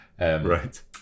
Right